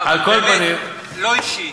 באמת לא אישי,